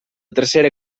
tercera